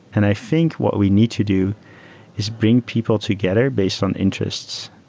and i think what we need to do is bring people together based on interests.